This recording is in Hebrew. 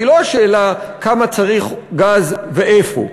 היא לא השאלה כמה גז צריך ואיפה,